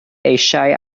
eisiau